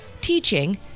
teaching